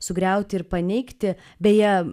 sugriauti ir paneigti beje